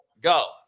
go